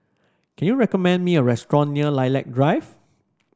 can you recommend me a restaurant near Lilac Drive